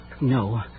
No